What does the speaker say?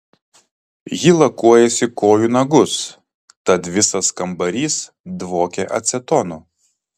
ji lakuojasi kojų nagus tad visas kambarys dvokia acetonu